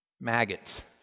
Maggots